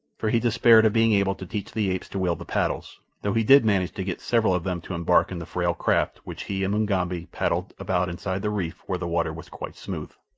for he despaired of being able to teach the apes to wield the paddles, though he did manage to get several of them to embark in the frail craft which he and mugambi paddled about inside the reef where the water was quite smooth.